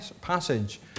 passage